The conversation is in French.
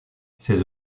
ses